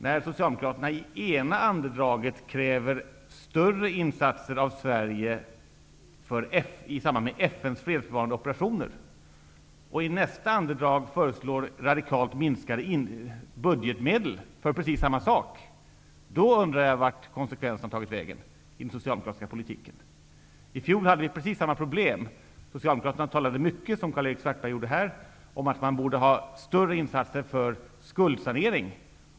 När de i ena andedraget kräver större insatser av Sverige i samband med FN:s fredsbevarande operationer, men i nästa andedrag föreslår radikalt minskade budgetmedel för precis samma sak, då undrar jag vart konsekvensen i den socialdemokratiska politiken har tagit vägen. I fjol hade vi precis samma problem. I likhet med vad Karl-Erik Svartberg gjorde här talade Socialdemokraterna mycket om att man borde göra större insatser för skuldsanering.